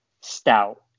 stout